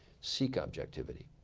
seek objectivity.